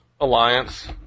Alliance